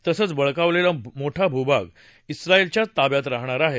तसंच बळकावलेला मोठा भूभाग आयलच्याच ताब्यात राहणार आहे